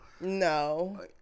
no